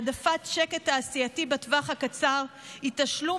העדפת שקט תעשייתי בטווח הקצר היא תשלום